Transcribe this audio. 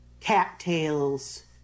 cattails